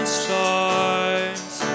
stars